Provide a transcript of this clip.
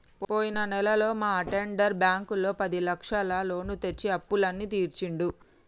పోయిన నెలలో మా అటెండర్ బ్యాంకులో పదిలక్షల లోను తెచ్చి అప్పులన్నీ తీర్చిండు